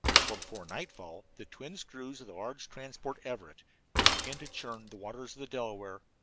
for before nightfall the twin screws of the large transport everett would begin to churn the waters of the delaware,